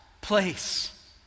place